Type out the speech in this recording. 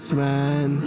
man